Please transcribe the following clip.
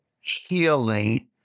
healing